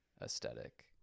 aesthetic